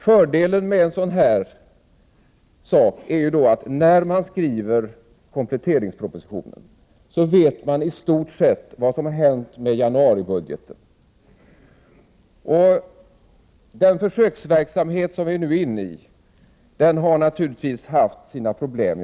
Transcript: Fördelen med detta skulle vara att när regeringen skriver kompletteringspropositionen, vet den i stort sett vad som har hänt med januaribudgeten. Den försöksverksamhet vi nu är inne i har naturligtvis haft sina problem.